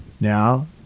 Now